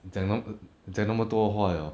讲那讲那么多话了